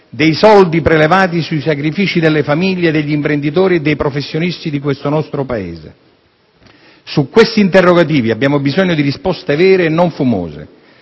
dei soldi prelevati sui sacrifici delle famiglie, degli imprenditori e dei professionisti di questo nostro Paese. Su questi interrogativi abbiamo bisogno di risposte vere e non fumose.